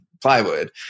plywood